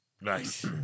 Nice